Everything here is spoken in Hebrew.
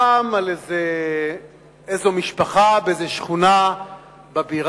פעם על איזו משפחה באיזו שכונה בבירה,